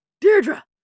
Deirdre